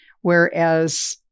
Whereas